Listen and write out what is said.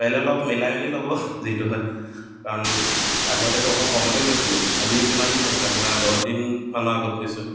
পাৰিলে অলপ মিলাই মেলি ল'ব যিটো হয় কাৰণ আগতেতো অকণ কমতে গৈছিলোঁ আজি কিমানদিন হৈছে আপোনাৰ দহ দিনমানৰ আগত গৈছোঁ